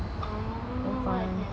oh I see I see